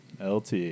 LT